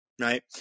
right